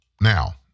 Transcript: now